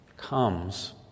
Comes